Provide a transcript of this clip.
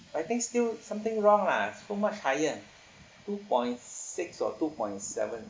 I think still something wrong lah so much higher two point six or two point seven